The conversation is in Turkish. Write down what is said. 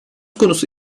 konusu